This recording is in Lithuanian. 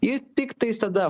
į tiktais tada